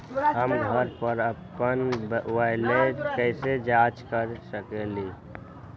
हम घर पर अपन बैलेंस कैसे जाँच कर सकेली?